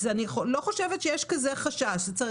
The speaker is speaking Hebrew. אני לא חושבת שיש כזה חשש.